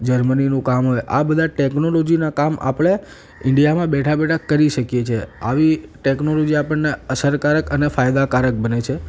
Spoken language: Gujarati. જર્મનીનું કામ હોય આ બધા ટેક્નોલોજીનાં કામ આપણે ઈન્ડિયામાં બેઠાં બેઠાં કરી શકીએ છીએ આવી ટેક્નોલૉજી આપણને અસરકારક અને ફાયદાકારક બને છે